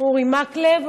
אורי מקלב,